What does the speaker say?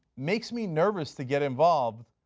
makes me nervous to get involved,